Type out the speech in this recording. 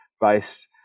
based